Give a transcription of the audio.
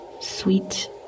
Sweet